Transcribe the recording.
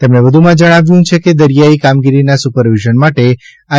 તેમણે વધુમાં જણાવ્યું છે કે દરિયાઇ કામગીરીના સુપરવિઝન માટે આઇ